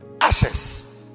Ashes